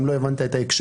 אם לא הבנת את ההקשר.